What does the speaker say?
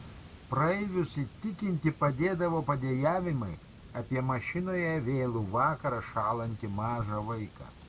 praeivius įtikinti padėdavo padejavimai apie mašinoje vėlų vakarą šąlantį mažą vaiką